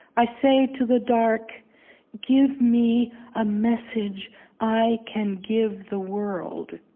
i say to the dark give me a message i can give the world.